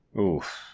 Oof